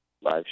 live